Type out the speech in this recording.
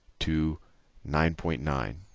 to nine point nine.